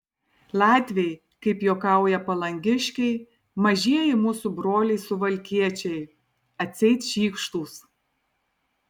latviai kaip juokauja palangiškiai mažieji mūsų broliai suvalkiečiai atseit šykštūs